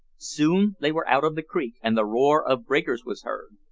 soon they were out of the creek, and the roar of breakers was heard.